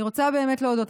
אני רוצה באמת להודות,